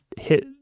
hit